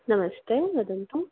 नमस्ते वदन्तु